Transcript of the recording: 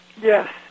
Yes